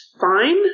fine